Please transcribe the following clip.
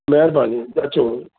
महिरबानी त अचो